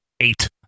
eight